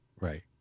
right